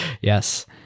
Yes